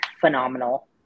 phenomenal